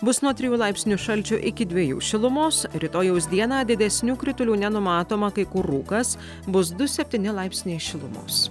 bus nuo trijų laipsnių šalčio iki dviejų šilumos rytojaus dieną didesnių kritulių nenumatoma kai kur rūkas bus du septyni laipsniai šilumos